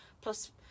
plus